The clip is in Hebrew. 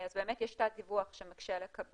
אז באמת יש תת דיווח שמקשה לקבל